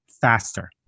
faster